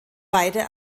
beide